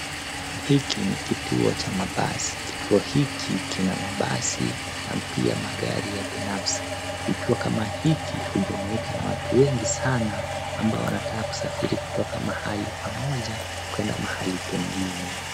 Hiki ni kituo cha mabasi. Kituo hiki kina mabasi na pia magari ya binafsi. Kituo kama hiki hujumuika na watu wengi sana ambao wanataka kusafiri kutoka mahali pamoja kuenda mahali pengine.